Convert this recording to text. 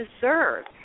deserve